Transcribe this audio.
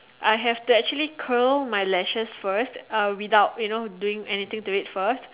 I have to actually Curl my lashes first uh without you know doing anything to it first